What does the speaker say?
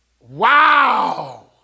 Wow